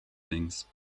things